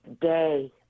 day